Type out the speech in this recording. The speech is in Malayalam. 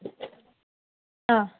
ആ